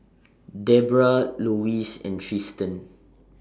Debrah Lois and Triston